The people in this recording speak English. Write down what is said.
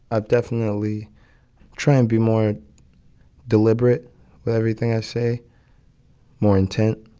ah definitely try and be more deliberate with everything i say more intent